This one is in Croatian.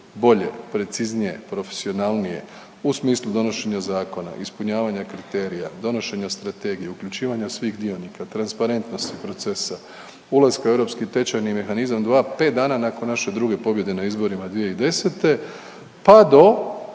bolje, preciznije, profesionalnije u smislu donošenja zakona, ispunjavanja kriterija, donošenja strategije, uključivanja svih dionika, transparentnosti procesa, ulaska u europski tečajni mehanizam, 2, 5 dana nakon naše druge pobjede na izborima 2010. pa do